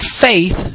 faith